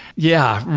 yeah,